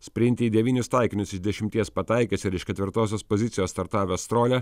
sprinte į devynis taikinius iš dešimties pataikęs ir iš ketvirtosios pozicijos startavęs strolia